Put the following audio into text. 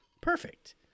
perfect